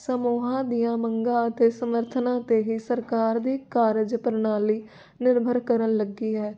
ਸਮੂਹਾਂ ਦੀਆਂ ਮੰਗਾਂ ਅਤੇ ਸਮਰਥਨਾਂ 'ਤੇ ਹੀ ਸਰਕਾਰ ਦੇ ਕਾਰਜ ਪ੍ਰਣਾਲੀ ਨਿਰਭਰ ਕਰਨ ਲੱਗੀ ਹੈ